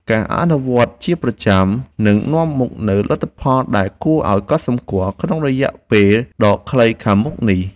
ការអនុវត្តជាប្រចាំនឹងនាំមកនូវលទ្ធផលដែលគួរឱ្យកត់សម្គាល់ក្នុងរយៈពេលដ៏ខ្លីខាងមុខនេះ។